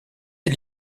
est